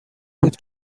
بود